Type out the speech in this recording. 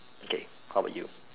okay how about you